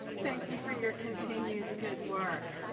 thank you for your continued good work.